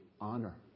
honor